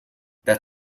that